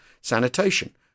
sanitation